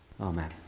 Amen